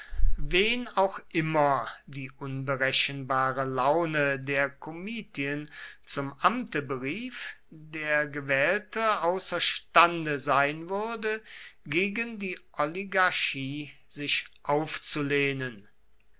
wen auch immer die unberechenbare laune der komitien zum amte berief der gewählte außerstande sein würde gegen die oligarchie sich aufzulehnen